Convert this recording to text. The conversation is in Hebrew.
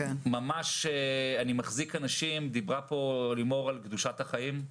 דיברה כאן לימור על קדושת החיים,